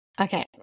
Okay